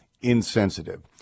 insensitive